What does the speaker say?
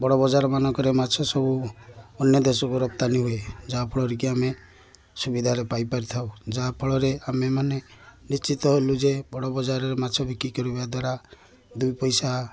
ବଡ଼ ବଜାରମାନଙ୍କରେ ମାଛ ସବୁ ଅନ୍ୟ ଦେଶକୁ ରପ୍ତାନି ହୁଏ ଯାହାଫଳରେ କି ଆମେ ସୁବିଧାରେ ପାଇପାରିଥାଉ ଯାହାଫଳରେ ଆମେମାନେ ନିଶ୍ଚିତ ହେଲୁ ଯେ ବଡ଼ ବଜାରରେ ମାଛ ବିକ୍ରି କରିବା ଦ୍ୱାରା ଦୁଇ ପଇସା